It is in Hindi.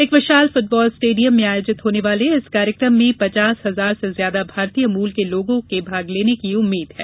एक विशाल फुटबॉल स्टेडियम में आयोजित होने वाले इस कार्यक्रम में पचास हजार से ज्यादा भारतीय मूल के लोगों के भाग लेने की उम्मीद है